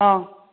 ꯑꯥ